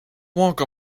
walk